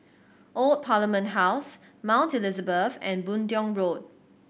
Old Parliament House Mount Elizabeth and Boon Tiong Road